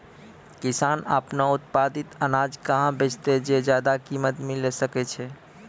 किसान आपनो उत्पादित अनाज कहाँ बेचतै जे ज्यादा कीमत मिलैल सकै छै?